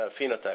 phenotype